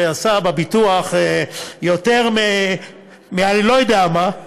שעשה בביטוח יותר מאני-לא-יודע-מה,